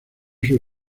sus